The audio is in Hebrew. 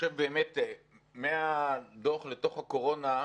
חושב מהדוח לתוך הקורונה,